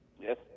Yes